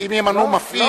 לא.